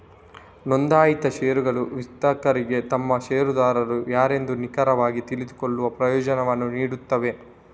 ನೋಂದಾಯಿತ ಷೇರುಗಳು ವಿತರಕರಿಗೆ ತಮ್ಮ ಷೇರುದಾರರು ಯಾರೆಂದು ನಿಖರವಾಗಿ ತಿಳಿದುಕೊಳ್ಳುವ ಪ್ರಯೋಜನವನ್ನು ನೀಡುತ್ತವೆ